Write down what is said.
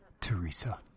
Teresa